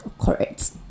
correct